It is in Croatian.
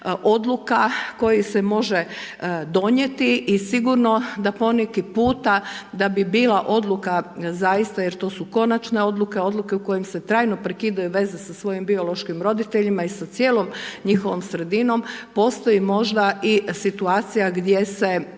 odluka koji se može donijeti i sigurno da poneki puta da bi bila odluka zaista, jer to su konačne odluke, odluke u kojima se trajno prekidaju veze sa svojim biološkim roditeljima i sa cijelom njihovom sredinom, postoji možda i situacija gdje se